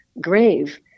grave